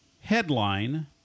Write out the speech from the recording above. headline